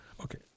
Okay